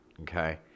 okay